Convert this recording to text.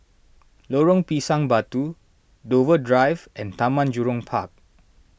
Lorong Pisang Batu Dover Drive and Taman Jurong Park